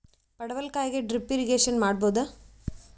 ಪಡವಲಕಾಯಿಗೆ drip irrigation ಮಾಡಬೋದ?